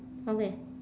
okay